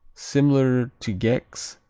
similar to gex,